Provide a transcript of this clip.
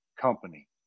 company